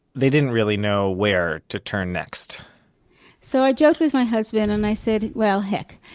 they didn't really know where to turn next so i joked with my husband, and i said well, heck,